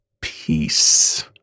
peace